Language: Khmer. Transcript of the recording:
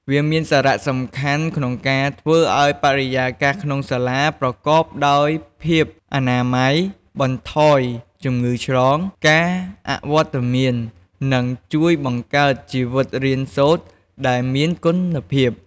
វាមានសារៈសំខាន់ក្នុងការធ្វើឲ្យបរិយាកាសក្នុងសាលាប្រកបដោយភាពអនាម័យ បន្ថយជំងឺឆ្លង ការអវត្តមាន និងជួយបង្កើតជីវិតរៀនសូត្រដែលមានគុណភាព។